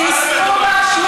את משווה,